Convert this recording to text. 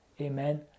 Amen